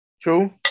True